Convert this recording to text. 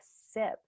sip